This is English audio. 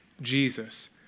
Jesus